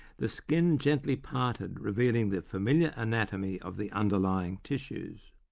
the skin gently parted, revealing the familiar anatomy of the underlying tissues.